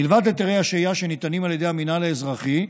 מלבד היתרי השהייה שניתנים על ידי המינהל האזרחי,